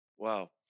Wow